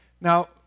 Now